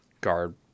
guard